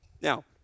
Now